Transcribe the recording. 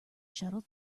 shuttle